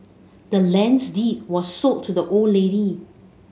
the land's deed was sold to the old lady